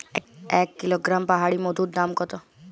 এক কিলোগ্রাম পাহাড়ী মধুর দাম কত?